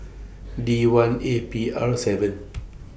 D one A P R seven